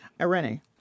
Irene